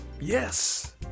Yes